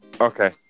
okay